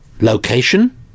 Location